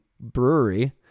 brewery